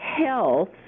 health